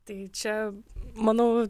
tai čia manau